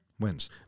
wins